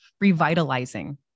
revitalizing